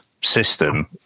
system